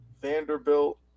Vanderbilt